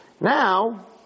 Now